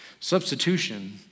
Substitution